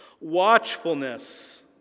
Watchfulness